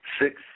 Six